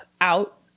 out